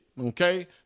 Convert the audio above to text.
okay